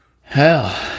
Hell